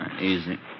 Easy